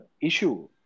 issue